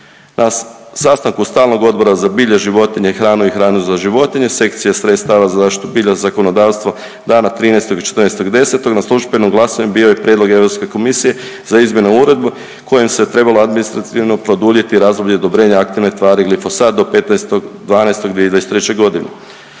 Na sastanku Stalnog odbora za bilje, životinje i hranu i hranu za životinje, sekcija sredstva za zaštitu bilja, zakonodavstvo dana 13. i 14. 10. na službenom glasovanju bio je i prijedlog Europske komisije za izmjenu uredbe kojim se trebalo administrativno produljiti razdoblje odobrenja aktivne tvari glifosat do 15.12.2023. godine.